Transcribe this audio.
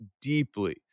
deeply